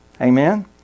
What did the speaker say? Amen